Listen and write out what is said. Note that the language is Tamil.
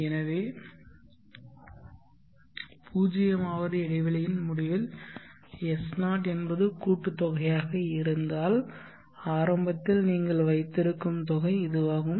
எனவே 0 வது இடைவெளியின் முடிவில் S0 என்பது கூட்டுத்தொகையாக இருந்தால் ஆரம்பத்தில் நீங்கள் வைத்திருக்கும் தொகை இதுவாகும்